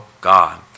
God